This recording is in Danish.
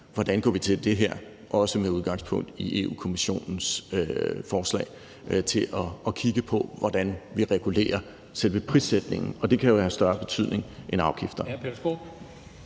hvordan vi går til det her, også med udgangspunkt i Europa-Kommissionens forslag til at kigge på, hvordan vi regulerer selve prissætningen. Og det kan jo have en større betydning end afgifterne.